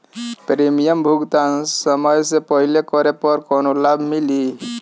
Premium भुगतान समय से पहिले करे पर कौनो लाभ मिली?